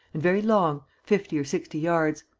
and very long fifty or sixty yards.